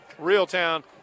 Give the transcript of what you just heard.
Realtown